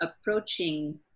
approaching